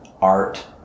art